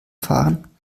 fahren